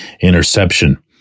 interception